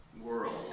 world